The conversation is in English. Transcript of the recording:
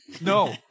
No